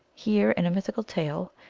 here, in a mythical tale,